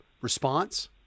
response